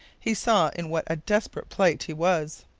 he saw in what a desperate plight he was.